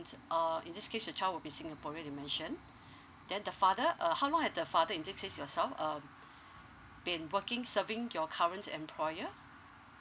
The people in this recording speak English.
uh in this case the child would be singaporean you mentioned then the father uh how long had the father in this is case yourself um been working serving your current employer